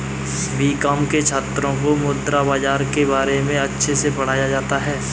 BCom के छात्रों को मुद्रा बाजार के बारे में अच्छे से पढ़ाया जाता है